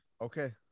okay